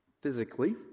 physically